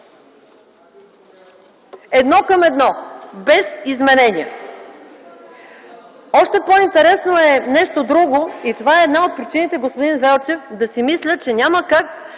едно към едно, без изменения. Още по-интересно е нещо друго, и това е една от причините, господин Велчев, да си мисля, че няма как